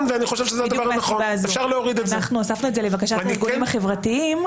אנחנו הוספנו את זה לבקשת הארגונים החברתיים.